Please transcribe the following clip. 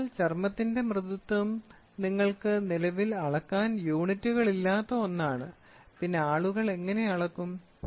അതിനാൽ ചർമ്മത്തിന്റെ മൃദുത്വം നിങ്ങൾക്ക് നിലവിൽ അളക്കാൻ യൂണിറ്റുകളില്ലാത്ത ഒന്നാണ് പിന്നെ ആളുകൾ എങ്ങനെ അളക്കും